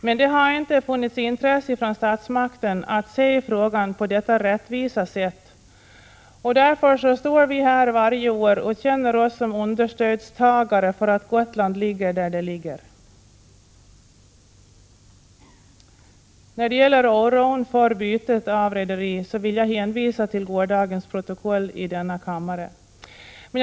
Men det har inte funnits intresse från statsmakterna att se frågan på detta rättvisa sätt, och därför står vi här varje år och känner oss som understödstagare för att Gotland ligger där det ligger. När det gäller oron för bytet av rederi vill jag hänvisa till gårdagens protokoll från denna kammare.